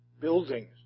Buildings